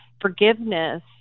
forgiveness